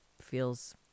feels